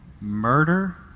murder